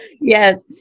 Yes